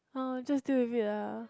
orh just deal with it lah